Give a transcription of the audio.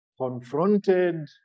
Confronted